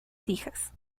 hijas